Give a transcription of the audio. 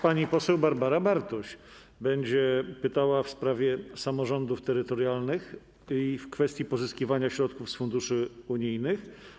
Pani poseł Barbara Bartuś będzie pytała w sprawie samorządów terytorialnych i w kwestii pozyskiwania środków z funduszy unijnych.